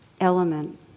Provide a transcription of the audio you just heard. element